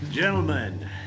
Gentlemen